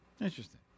Interesting